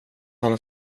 han